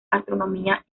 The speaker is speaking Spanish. astronomía